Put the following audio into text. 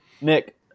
Nick